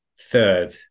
third